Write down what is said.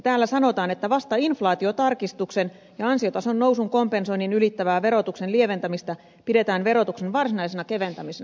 täällä sanotaan että vasta inflaatiotarkistuksen ja ansiotason nousun kompensoinnin ylittävää verotuksen lieventämistä pidetään verotuksen varsinaisena keventämisenä